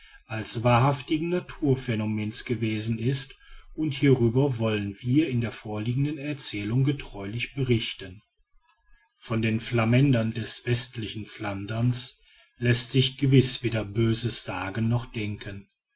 als wahrhaftigen natur phänomens gewesen ist und hierüber wollen wir in vorliegender erzählung getreulich berichten von den flamändern des westlichen flanderns läßt sich gewiß weder böses sagen noch denken